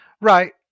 Right